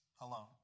alone